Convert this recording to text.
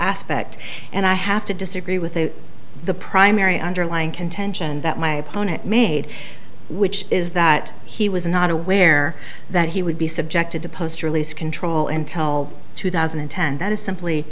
aspect and i have to disagree with you the primary underlying contention that my opponent made which is that he was not aware that he would be subjected to post release control and till two thousand and ten that is simply